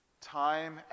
Time